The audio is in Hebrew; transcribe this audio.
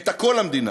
את הכול למדינה,